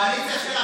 הקואליציה שלך,